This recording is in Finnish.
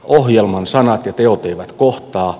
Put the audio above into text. ohjelman sanat ja teot eivät kohtaa